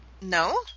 No